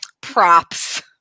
props